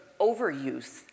overuse